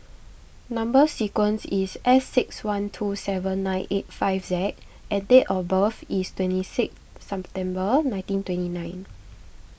Number Sequence is S six one two seven nine eight five Z and date of birth is twenty six September nineteen twenty nine